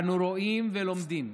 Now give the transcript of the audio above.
אנו רואים ולומדים.